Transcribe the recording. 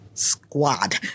squad